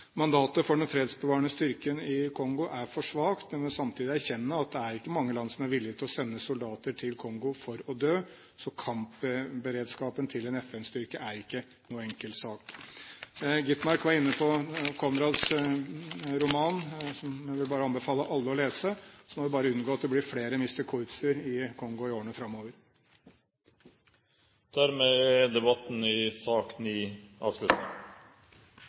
Mandatet for den fredsbevarende styrken i Kongo er for svakt, men vi må samtidig erkjenne at det er ikke mange land som er villige til å sende soldater til Kongo for å dø, så kampberedskapen til en FN-styrke er ikke noen enkel sak. Gitmark var inne på Conrads roman, som jeg bare vil anbefale alle å lese. Så må vi bare unngå at det blir flere Mr. Kurtz-er i Kongo i årene framover. Dermed er debatten i sak